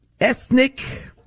ethnic